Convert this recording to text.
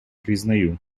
признаю